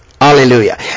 Hallelujah